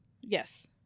yes